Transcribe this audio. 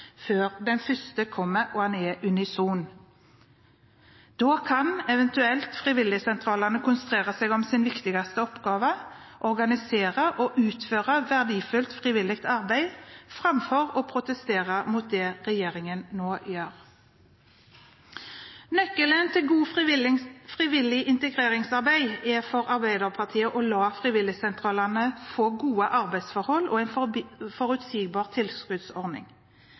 før den første kommer – og den er unison. Da kan eventuelt frivilligsentralene konsentrere seg om sin viktigste oppgave: organisere og utføre verdifullt frivillig arbeid, framfor å protestere mot det som regjeringen nå gjør. Nøkkelen til godt frivillig integreringsarbeid er, for Arbeiderpartiet, å la frivilligsentralene få gode arbeidsforhold og en forutsigbar tilskuddsordning.